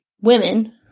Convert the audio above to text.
women